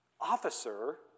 officer